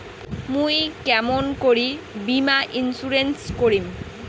মুই কেমন করি বীমা ইন্সুরেন্স করিম?